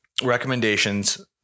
Recommendations